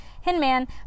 Hinman